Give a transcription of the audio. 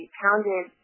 pounded